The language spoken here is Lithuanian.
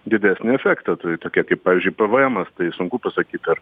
didesnį efektą tai tokie kaip pavyzdžiui pvemas tai sunku pasakyti ar